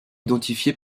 identifié